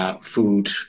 food